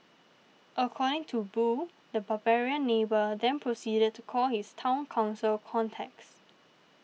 according to Boo the 'barbarian neighbour' then proceeded to call his Town Council contacts